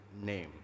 name